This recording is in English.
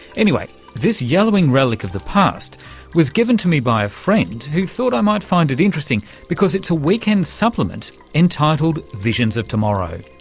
anyway, this yellowing relic of the past was given to me by a friend who thought i might find it interesting because it's a weekend supplement entitled visions of tomorrow.